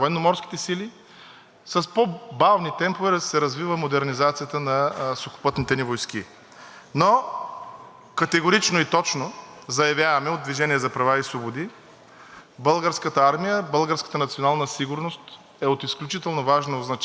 категорично и точно заявяваме от „Движение за права и свободи“ – Българската армия, българската национална сигурност е от изключително важно значение за нас, за цялото българско население, затова тази съпричастност изисква